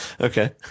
okay